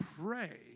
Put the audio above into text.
pray